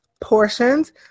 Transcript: portions